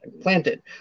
planted